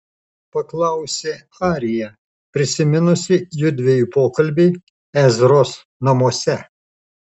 paklausė arija prisiminusi judviejų pokalbį ezros namuose